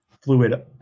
fluid